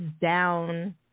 down